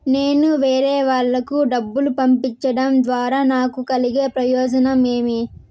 నేను వేరేవాళ్లకు డబ్బులు పంపించడం ద్వారా నాకు కలిగే ప్రయోజనం ఏమి?